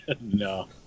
No